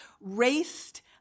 raced